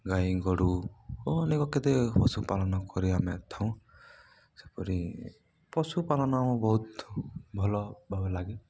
ଗାଈ ଗୋରୁ ଓ ଅନେକ କେତେ ପଶୁପାଳନ କରି ଆମେ ଥାଉ ସେପରି ପଶୁପାଳନ ଆମକୁ ବହୁତ ଭଲ ଭାବେ ଲାଗେ